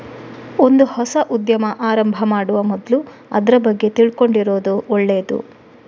ಒಂದು ಹೊಸ ಉದ್ಯಮ ಆರಂಭ ಮಾಡುವ ಮೊದ್ಲು ಅದ್ರ ಬಗ್ಗೆ ತಿಳ್ಕೊಂಡಿರುದು ಒಳ್ಳೇದು